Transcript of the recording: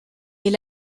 est